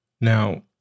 Now